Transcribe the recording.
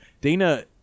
Dana